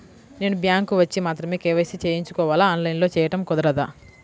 నేను బ్యాంక్ వచ్చి మాత్రమే కే.వై.సి చేయించుకోవాలా? ఆన్లైన్లో చేయటం కుదరదా?